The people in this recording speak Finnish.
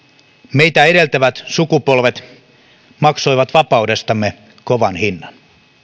meitä edeltävät sukupolvet maksoivat vapaudestamme kovan hinnan